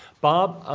bob,